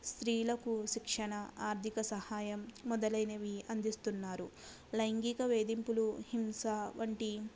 స్త్రీలకు శిక్షణా ఆర్థిక సహాయం మొదలైనవి అందిస్తున్నారు లైంగిక వేధింపులు హింస వంటి